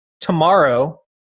tomorrow